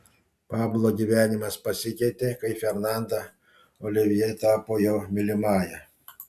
pablo gyvenimas pasikeitė kai fernanda olivjė tapo jo mylimąja